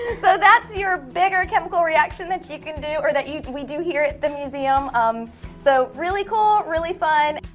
so that's your bigger chemical reaction that you can do or that you can we do here at the museum um so really cool really fun.